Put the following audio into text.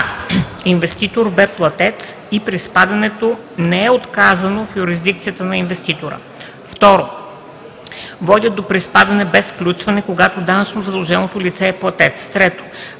а) инвеститор; б) платец и приспадането не е отказано в юрисдикцията на инвеститора; 2. водят до приспадане без включване, когато данъчно задълженото лице е платец; 3.